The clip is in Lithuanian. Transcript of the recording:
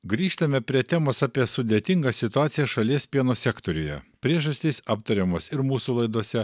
grįžtame prie temos apie sudėtingą situaciją šalies pieno sektoriuje priežastys aptariamos ir mūsų laidose